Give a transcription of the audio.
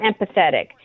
empathetic